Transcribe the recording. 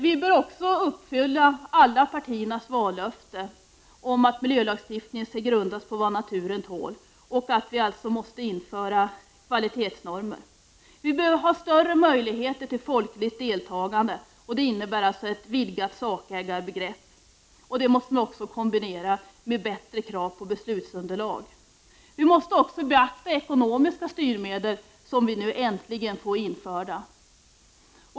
Vi bör också uppfylla alla partiers vallöften om att miljölagstiftningen skall grundas på vad naturen tål, alltså på införande av kvalitetsnormer. Vi behöver större möjligheter till folkligt deltagande, och det innebär ett vidgat sakägarbegrepp, kombinerat med krav på bättre beslutsunderlag. Vi måste också beakta ekonomiska styrmedel, som nu äntligen blir införda.